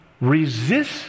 Resist